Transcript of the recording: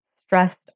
stressed